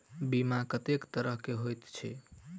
बीमा कत्तेक तरह कऽ होइत छी?